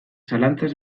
zalantzaz